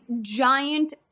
giant